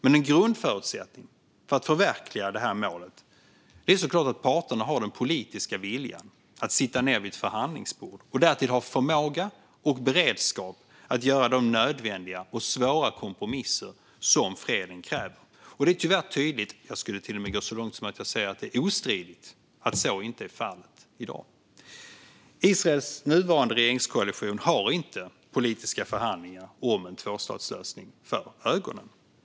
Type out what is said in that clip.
En grundförutsättning för att kunna förverkliga detta mål är såklart att parterna har den politiska viljan att sitta ned vid ett förhandlingsbord och därtill har förmåga och beredskap att göra de nödvändiga och svåra kompromisser som freden kräver. Det är tyvärr tydligt - jag skulle till och med gå så långt som att säga att det är ostridigt - att så inte är fallet i dag. Israels nuvarande regeringskoalition har inte politiska förhandlingar om en tvåstatslösning för ögonen.